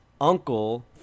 uncle